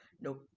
Nope